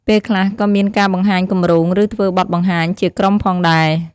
ពេលខ្លះក៏មានការបង្ហាញគម្រោង ឬធ្វើបទបង្ហាញជាក្រុមផងដែរ។